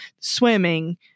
swimming